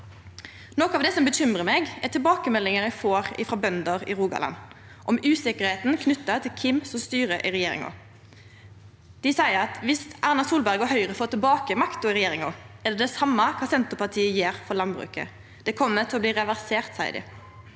Noko av det som bekymrar meg, er tilbakemeldingane eg får frå bønder i Rogaland om usikkerheit knytt til kven som styrer regjeringa. Dei seier at viss Erna Solberg og Høgre får tilbake regjeringsmakta, er det det same kva Senterpartiet gjer for landbruket. Det kjem til å bli reversert, seier dei.